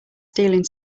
stealing